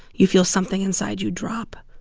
you feel something inside you drop.